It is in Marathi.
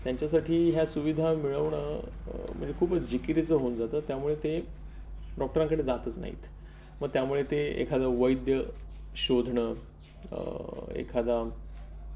त्यांच्यासाठी ह्या सुविधा मिळवणं म्हणजे खूप जिकीरीचं होऊन जातं त्यामुळे ते डॉक्टरांकडे जातच नाहीत मग त्यामुळे ते एखादं वैद्य शोधणं एखादा